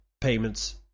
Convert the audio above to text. payments